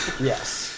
yes